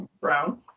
Brown